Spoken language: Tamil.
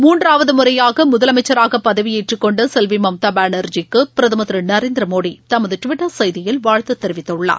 மூன்றாவதுமுறையாகமுதலமைச்சராகபதவியேற்றக்கொண்டசெல்விமம்தாபானர்ஜிக்குபிரதமர் திருநரேந்திரமோடிதமதுடுவிட்டர் செய்தியில் வாழ்த்துதெரிவித்துள்ளார்